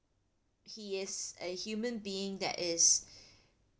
he is a human being that is